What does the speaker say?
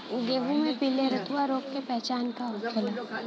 गेहूँ में पिले रतुआ रोग के पहचान का होखेला?